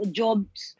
jobs